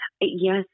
Yes